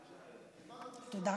תודה.